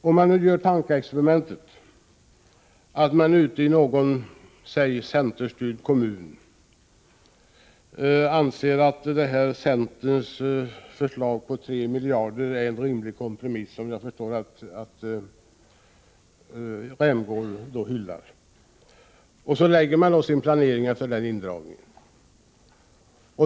Låt oss göra tankeexperimentet att någon centerstyrd kommun anser att centerns förslag på 3 miljarder är en rimlig kompromiss, som jag förstår att Rolf Rämgård hyllar. Kommunen lägger sin planering efter den indragningen.